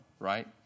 right